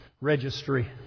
Registry